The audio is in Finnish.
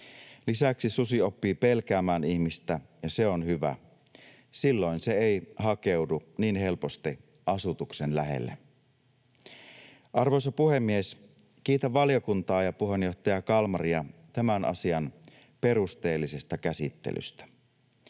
Lisäksi susi oppii pelkäämään ihmistä, ja se on hyvä. Silloin se ei hakeudu niin helposti asutuksen lähelle. Arvoisa puhemies! Kiitän valiokuntaa ja puheenjohtaja Kalmaria tämän asian perusteellisesta käsittelystä.